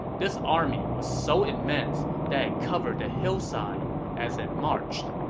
this army was so immense that it covered the hillside as it marched.